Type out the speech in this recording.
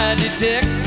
detect